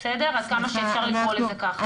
עד כמה שאפשר לקרוא לזה ככה.